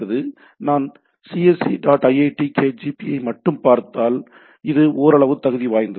நான் cse dot iitkgp ஐ மட்டுமே பார்த்தால் மட்டுமே இது ஓரளவு தகுதி வாய்ந்தது